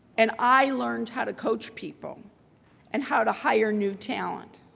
and i learned how to coach people and how to hire new talent.